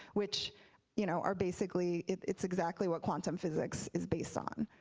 which you know are basically, it's exactly what quantum physics is based on.